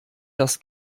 das